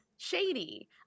shady